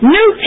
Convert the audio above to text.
New